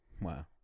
Wow